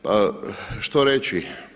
Pa što reći?